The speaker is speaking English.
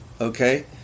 okay